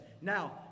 Now